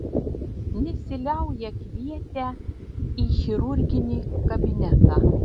nesiliauja kvietę į chirurginį kabinetą